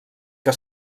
que